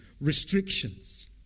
restrictions